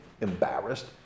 embarrassed